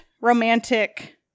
romantic